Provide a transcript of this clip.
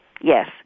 Yes